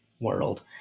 world